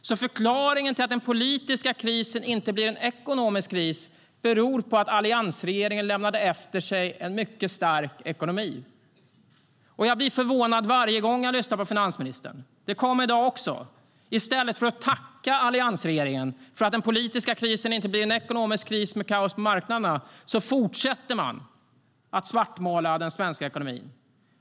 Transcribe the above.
Förklaringen till att den politiska krisen inte blir en ekonomisk kris är alltså att alliansregeringen lämnade efter sig en mycket stark ekonomi. Jag blir förvånad varje gång jag lyssnar på finansministern - i dag också. I stället för att tacka alliansregeringen för att den politiska krisen inte blir en ekonomisk kris med kaos på marknaderna fortsätter man att svartmåla den svenska ekonomin.